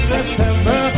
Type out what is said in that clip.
September